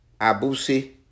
abusi